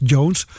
Jones